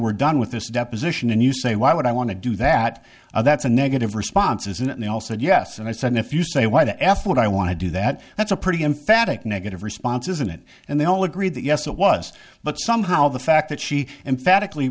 we're done with this deposition and you say why would i want to do that that's a negative responses and they all said yes and i said if you say why the f word i want to do that that's a pretty emphatic negative response isn't it and they all agreed that yes it was but somehow the fact that she and phatic